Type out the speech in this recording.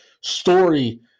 story